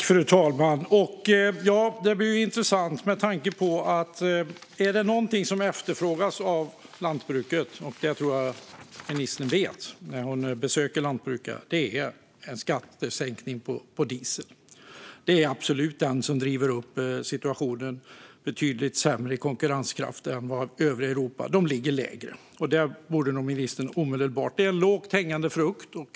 Fru talman! Det här är intressant med tanke på att om det är något som efterfrågas av lantbruket, vilket ministern säkert vet efter sina besök hos lantbrukare, är det en skattesänkning på diesel. Det är absolut detta som betydligt förvärrar situationen så att konkurrenskraften blir sämre än i övriga Europa. Där ligger de lägre. Detta borde ministern göra något åt. Det är en lågt hängande frukt.